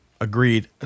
Agreed